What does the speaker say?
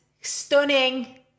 Stunning